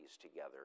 together